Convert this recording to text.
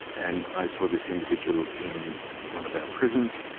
and i saw this individual in one of our prisons,